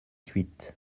huit